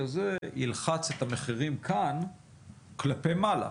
הזה ילחץ את המחירים כאן כלפי מעלה.